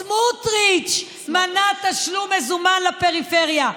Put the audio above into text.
סמוטריץ' מנע תשלום מזומן לפריפריה.